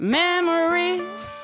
memories